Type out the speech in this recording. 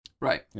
Right